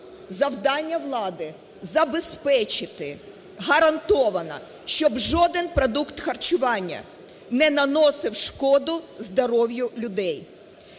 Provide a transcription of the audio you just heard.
Завдання влади забезпечити гарантовано, щоб жоден продукт харчування не наносив шкоду здоров'ю людей.